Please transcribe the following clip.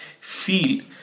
feel